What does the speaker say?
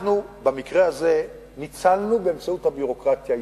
אנחנו במקרה הזה ניצלנו באמצעות הביורוקרטיה הישראלית.